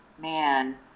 man